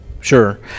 Sure